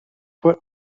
put